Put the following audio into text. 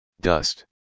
dust